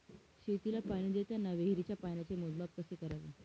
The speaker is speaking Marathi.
शेतीला पाणी देताना विहिरीच्या पाण्याचे मोजमाप कसे करावे?